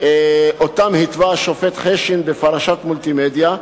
שאותם התווה השופט חשין בפרשת "מולטימדיה".